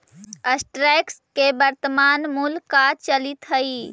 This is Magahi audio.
स्टॉक्स के वर्तनमान मूल्य का चलित हइ